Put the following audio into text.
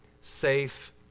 safe